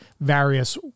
various